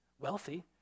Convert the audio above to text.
wealthy